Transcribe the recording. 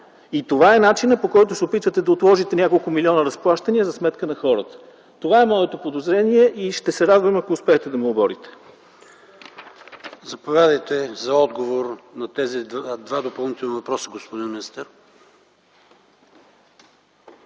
Това е начинът, по който се опитвате да отложите няколко милиона разплащания за сметка на хората. Това е моето подозрение и ще се радвам, ако успеете да ме оборите. ПРЕДСЕДАТЕЛ ПАВЕЛ ШОПОВ: Заповядайте за отговор на тези два допълнителни въпроса, господин министър.